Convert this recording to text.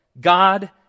God